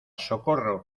socorro